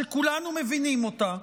שכולנו מבינים אותה,